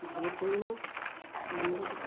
भेज देना सिलेन्डर